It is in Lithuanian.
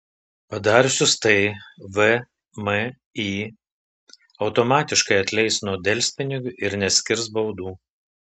padariusius tai vmi automatiškai atleis nuo delspinigių ir neskirs baudų